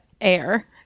air